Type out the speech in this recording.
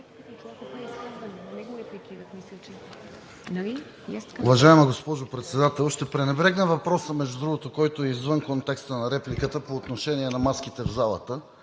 Уважаема госпожо Председател! Ще пренебрегна въпроса, между другото, който е извън контекста на репликата по отношение на маските в залата,